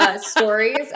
stories